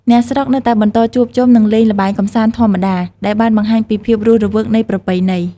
អ្នកស្រុកនៅតែបន្តជួបជុំ និងលេងល្បែងកម្សាន្តធម្មតា ដែលបានបង្ហាញពីភាពរស់រវើកនៃប្រពៃណី។